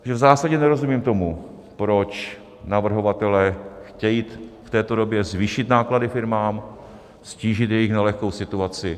Takže v zásadě nerozumím tomu, proč navrhovatelé chtějí v této době zvýšit náklady firmám, ztížit jejich nelehkou situaci.